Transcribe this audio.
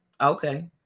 Okay